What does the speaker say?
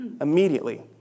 immediately